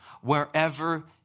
wherever